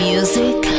Music